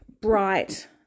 bright